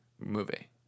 movie